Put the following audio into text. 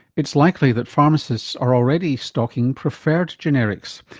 it's likely that pharmacists are already stocking preferred generics.